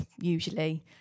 usually